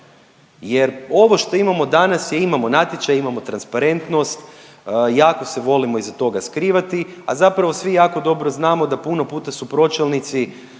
jer ovo što imamo danas, imamo natječaj, imamo transparentnost, jako se volimo iza toga skrivati, a zapravo svi jako dobro znamo da puno puta su pročelnici,